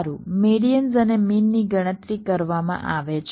સારું મેડીઅન્સ અને મીનની ગણતરી કરવામાં આવે છે